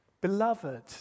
Beloved